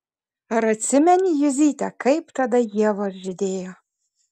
ar atsimeni juzyte kaip tada ievos žydėjo